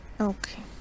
Okay